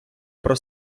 про